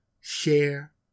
share